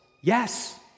yes